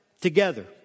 together